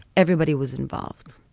everybody was involved.